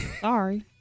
Sorry